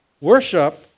Worship